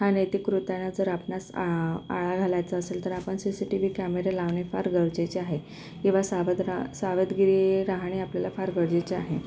अनैतिक कृत्यांना जर आपणास आ आळा घालायचा असेल तर आपण सी सी टी व्ही कॅमेरे लावणे फार गरजेचे आहे किंवा सावध राह सावधगिरी राहणे आपल्याला फार गरजेचे आहे